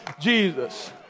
Jesus